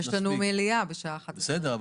יש לנו מליאה בשעה 11:00. בסדר,